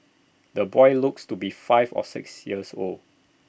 the boy looks to be five or six years old